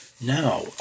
Now